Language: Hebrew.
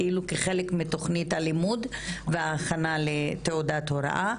כאילו כחלק מתכנית הלימוד וההכנה לתעודת הוראה,